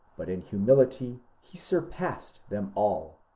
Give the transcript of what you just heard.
but in humility he surpassed them all.